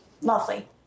lovely